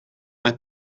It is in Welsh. mae